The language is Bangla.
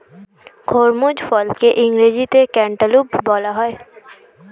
খরমুজ ফলকে ইংরেজিতে ক্যান্টালুপ বলা হয়